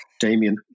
Damien